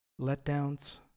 letdowns